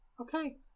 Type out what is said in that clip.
Okay